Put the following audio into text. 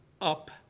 up